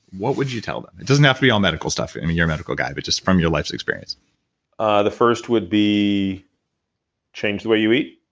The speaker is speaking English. what would you tell them? it doesn't have to be all medical stuff. i mean, you're a medical guy, but just from your life's experience ah the first would be change the way you eat.